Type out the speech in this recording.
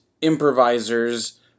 improvisers